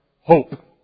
hope